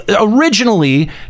originally